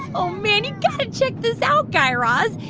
oh, man. you got to check this out, guy raz.